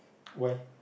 why